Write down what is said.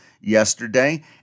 yesterday